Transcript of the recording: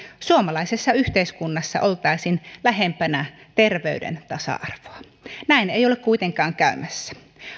suomalaisessa yhteiskunnassa oltaisiin lähempänä terveyden tasa arvoa näin ei ole kuitenkaan käymässä